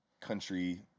country